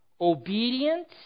obedient